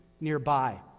nearby